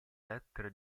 lettera